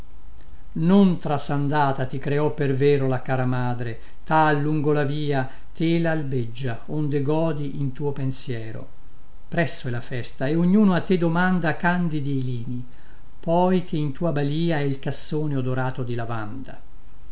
non trasandata ti creò per vero la cara madre tal lungo la via tela albeggia onde godi in tuo pensiero presso è la festa e ognuno a te domanda candidi i lini poi che in tua balìa è il cassone odorato di lavanda